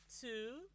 two